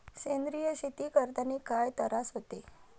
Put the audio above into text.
सेंद्रिय शेती करतांनी काय तरास होते?